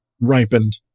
ripened